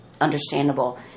understandable